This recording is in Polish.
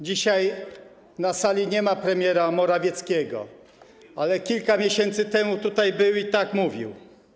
Dzisiaj na sali nie ma premiera Morawieckiego, ale kilka miesięcy temu tutaj był i tak mówił: